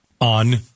on